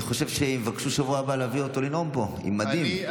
אני חושב שיבקשו בשבוע הבא להביא אותו לנאום פה עם מדים.